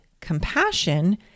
compassion